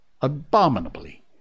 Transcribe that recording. abominably